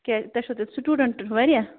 کیٛاہ تۄہہِ چھِوٕ تیٚلہِ سِٹوڈنٹ واریاہ